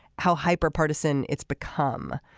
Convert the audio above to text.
how hyper partisan it's become.